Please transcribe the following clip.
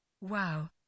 Wow